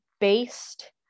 based